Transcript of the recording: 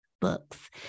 books